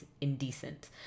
indecent